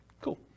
Cool